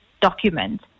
document